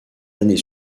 années